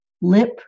lip